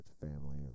family